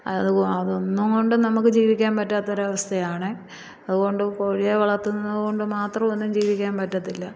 അതൊന്നും കൊണ്ടും നമുക്ക് ജീവിക്കാൻ പറ്റാത്തൊരവസ്ഥയാണ് അതുകൊണ്ടു കോഴിയെ വളത്തുന്നതുകൊണ്ട് മാത്രമൊന്നും ജീവിയ്ക്കാൻ പറ്റത്തില്ല